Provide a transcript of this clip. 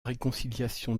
réconciliation